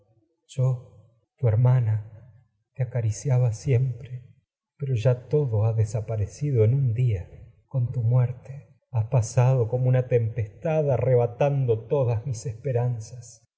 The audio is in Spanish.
yo tu hermana acariciaba día siempre muerte pero ya todo ha desaparecido en como con tu has pasado una tempestad arrebatando todas mis esperanzas